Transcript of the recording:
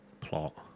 plot